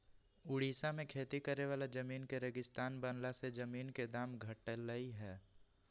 ओड़िशा में खेती करे वाला जमीन के रेगिस्तान बनला से जमीन के दाम घटलई ह